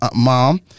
mom